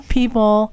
people